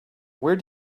where